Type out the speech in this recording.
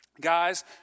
Guys